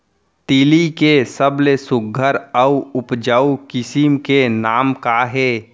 तिलि के सबले सुघ्घर अऊ उपजाऊ किसिम के नाम का हे?